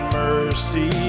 mercy